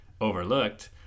overlooked